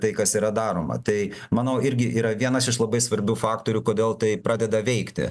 tai kas yra daroma tai manau irgi yra vienas iš labai svarbių faktorių kodėl tai pradeda veikti